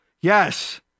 yes